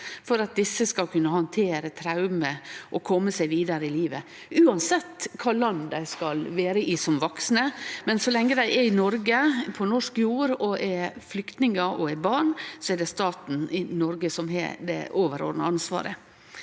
for at dei skal kunne handtere traume og kome seg vidare i livet, uansett kva land dei skal vere i som vaksne. Men så lenge dei er i Noreg, på norsk jord, er flyktningar og er barn, er det staten Noreg som har det overordna ansvaret.